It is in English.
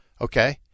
Okay